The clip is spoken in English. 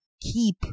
keep